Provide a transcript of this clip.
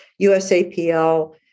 USAPL